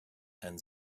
and